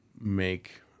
Make